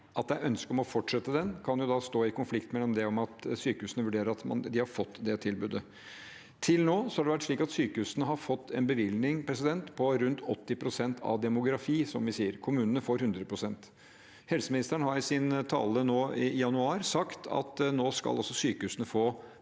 det er ønske om å fortsette den, kan jo da stå i konflikt med en idé om at sykehusene vurderer at de har fått det tilbudet. Til nå har det vært slik at sykehusene har fått en bevilgning på rundt 80 pst. av demografi, som vi sier. Kommunene får 100 pst. Helseministeren har i sin tale nå i januar sagt at nå skal